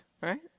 right